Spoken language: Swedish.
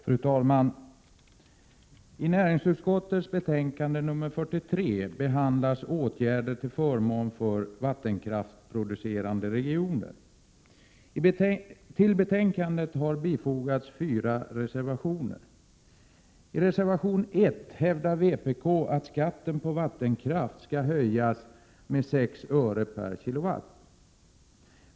Fru talman! I näringsutskottets betänkande nr 43 behandlas åtgärder till förmån för vattenkraftsproducerande regioner. Till betänkandet har fogats fyra reservationer. I reservation 1 begär vpk att skatten på vattenkraft skall höjas med 6 öre per kWh.